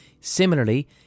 Similarly